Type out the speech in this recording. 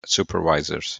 supervisors